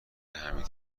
حمید